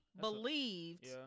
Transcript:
believed